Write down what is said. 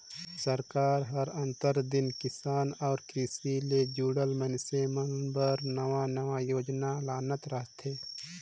सरकार हर आंतर दिन किसान अउ किरसी ले जुड़ल मइनसे मन बर नावा नावा योजना लानत रहथे